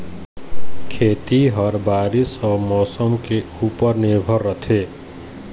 खेती ह बारीस अऊ मौसम के ऊपर निर्भर रथे